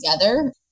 together